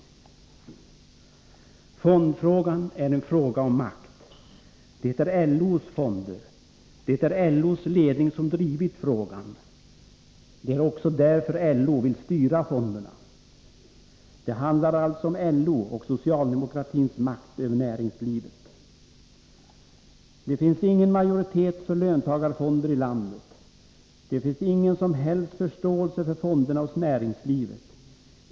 21 december 1983 Fondfrågan är en fråga om makt. Det är LO:s fonder. Det är LO:s ledning som drivit frågan. Det är också därför LO vill styra fonderna. Löntagarfonder Det handlar alltså om LO och socialdemokratins makt över näringslivet. Det finns ingen majoritet för löntagarfonder i landet. Det finns ingen som helst förståelse för fonderna hos näringslivet.